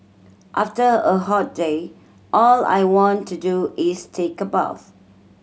after a hot day all I want to do is take a bath